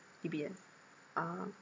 D_B_S ah